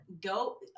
go